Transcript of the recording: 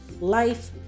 life